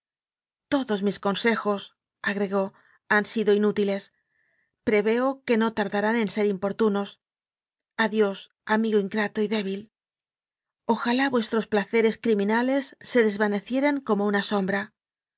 todos mis consejosagregóhan s'do inútiles preveo que no tardarán en ser im portunos adiós amigo ingrato y débil ojalá vuestros placeres criminales se desvanecieran como una sombra